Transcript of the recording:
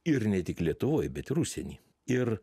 ir ne tik lietuvoj bet ir užsieny ir